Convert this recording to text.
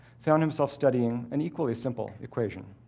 found himself studying an equally simple equation.